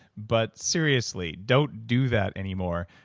but seriously, don't do that anymore.